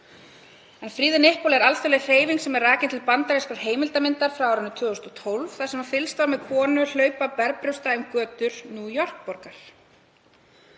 #freethenipple er alþjóðleg hreyfing sem rakin er til bandarískrar heimildarmyndar frá árinu 2012 þar sem fylgst var með konum hlaupa berbrjósta um götur New York-borgar.